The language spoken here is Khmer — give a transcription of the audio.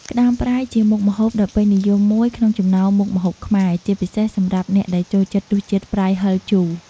ក្តាមប្រៃជាមុខម្ហូបដ៏ពេញនិយមមួយក្នុងចំណោមមុខម្ហូបខ្មែរ ជាពិសេសសម្រាប់អ្នកដែលចូលចិត្តរសជាតិប្រៃ ហិរ ជូរ។